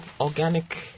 organic